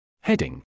Heading